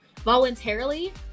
voluntarily